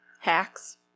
hacks